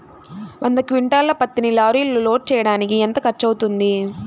వంద క్వింటాళ్ల పత్తిని లారీలో లోడ్ చేయడానికి ఎంత ఖర్చవుతుంది?